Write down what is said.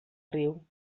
riu